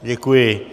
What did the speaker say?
Děkuji.